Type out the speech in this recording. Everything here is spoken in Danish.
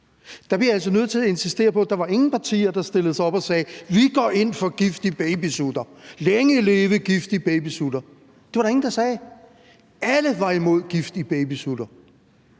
Der bliver jeg altså nødt til at insistere på, at der var ingen partier, der stillede sig op og sagde: Vi går ind for gift i babysutter, længe leve gift i babysutter! Det var der ingen der sagde. Alle var imod gift i babysutter.